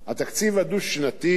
התקציב הדו-שנתי,